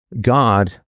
God